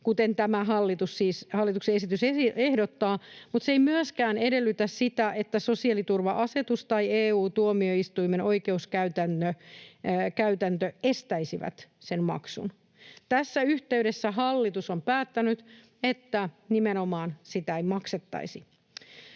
kuten tämä hallituksen esitys siis ehdottaa. Mutta se ei myöskään edellytä sitä, että sosiaaliturva-asetus tai EU-tuomioistuimen oikeuskäytäntö estäisi sen maksun. Tässä yhteydessä hallitus on päättänyt, että sitä nimenomaan ei maksettaisi.